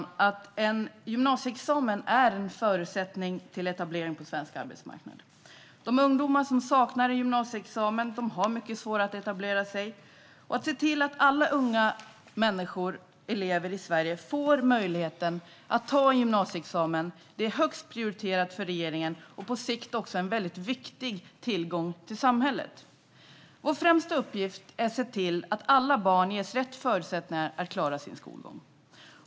Vi vet att en gymnasieexamen är en förutsättning för etablering på svensk arbetsmarknad. De ungdomar som saknar en gymnasieexamen har mycket svårt att etablera sig på arbetsmarknaden. Att alla elever i Sverige får möjlighet att ta gymnasieexamen är högt prioriterat för regeringen och på sikt också en viktig tillgång för samhället. Vår främsta uppgift är att se till att alla barn ges rätt förutsättningar att klara sin skolgång.